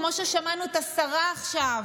כמו ששמענו את השרה עכשיו,